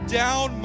down